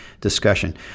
discussion